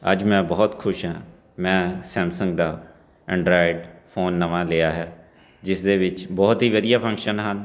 ਅੱਜ ਮੈਂ ਬਹੁਤ ਖੁਸ਼ ਹਾਂ ਮੈਂ ਸੈਮਸੰਗ ਦਾ ਐਂਡਰਾਇਡ ਫੋਨ ਨਵਾਂ ਲਿਆ ਹੈ ਜਿਸ ਦੇ ਵਿੱਚ ਬਹੁਤ ਹੀ ਵਧੀਆ ਫੰਕਸ਼ਨ ਹਨ